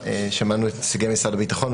שמענו את נציגי משרד הביטחון,